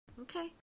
Okay